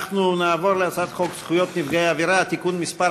אנחנו נעבור להצעת חוק זכויות נפגעי עבירה (תיקון מס'